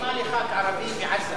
זה על משקל מה לחבר כנסת ערבי בעזה.